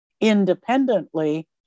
independently